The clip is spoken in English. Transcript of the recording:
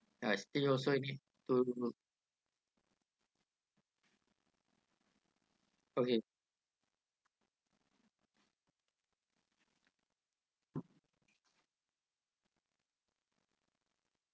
ya still also need to okay